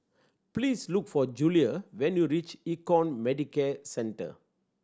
please look for Julia when you reach Econ Medicare Centre